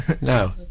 No